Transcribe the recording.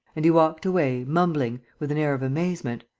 and he walked away, mumbling, with an air of amazement